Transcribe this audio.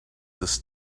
this